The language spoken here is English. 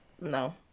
no